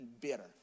Bitter